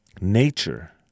nature